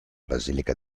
basilica